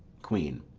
queen.